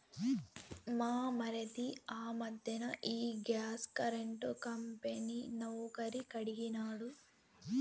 మా మరిది ఆ మధ్దెన ఈ గ్యాస్ కరెంటు కంపెనీ నౌకరీ కడిగినాడు